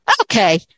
okay